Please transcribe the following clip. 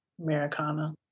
Americana